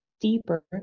deeper